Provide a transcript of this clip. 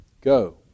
Go